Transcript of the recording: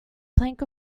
plank